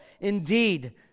Indeed